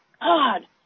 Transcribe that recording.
God